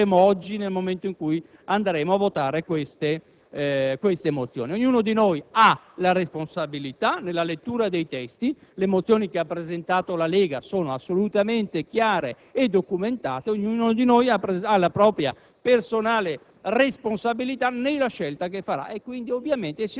con deleghe importantissime - ha assunto e nei comportamenti che terremo oggi nel momento in cui voteremo le mozioni. Ognuno di noi ha la responsabilità della lettura dei testi: le mozioni che ha presentato la Lega sono assolutamente chiare e documentate. Ognuno di noi ha la propria